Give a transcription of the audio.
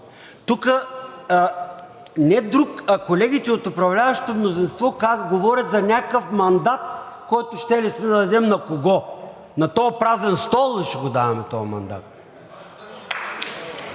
а колегите от управляващото мнозинство говорят за някакъв мандат, който щели сме да дадем. На кого? На този празен стол ли ще го даваме този мандат?!